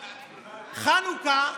חנוכה,